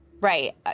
Right